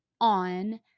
on